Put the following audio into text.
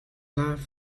loved